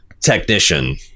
technician